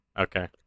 Okay